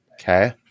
okay